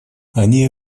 они